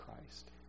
Christ